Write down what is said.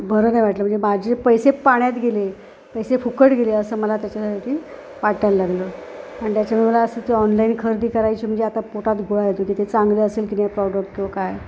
बरं नाही वाटलं म्हणजे माझे पैसे पाण्यात गेले पैसे फुकट गेले असं मला त्याच्यासाठी वाटायला लागलं आणि त्याच्यामुळे मला असं ते ऑनलाईन खरेदी करायची म्हणजे आता पोटात गोळा येतो की ते चांगले असेल की नाही प्रॉडक्ट किंवा काय